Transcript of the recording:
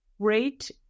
great